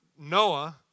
Noah